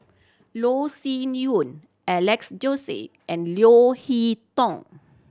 Loh Sin Yun Alex Josey and Leo Hee Tong